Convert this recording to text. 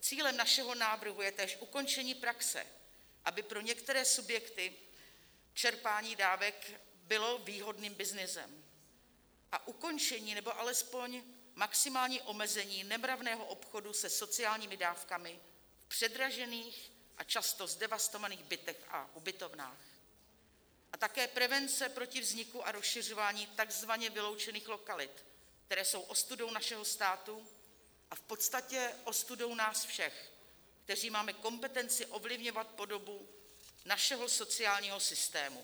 Cílem našeho návrhu je též ukončení praxe, aby pro některé subjekty čerpání dávek bylo výhodným byznysem, ukončení nebo alespoň maximální omezení nemravného obchodu se sociálními dávkami v předražených a často zdevastovaných bytech a ubytovnách a také prevence proti vzniku a rozšiřování takzvaně vyloučených lokalit, které jsou ostudou našeho státu a v podstatě ostudou nás všech, kteří máme kompetenci ovlivňovat podobu našeho sociálního systému.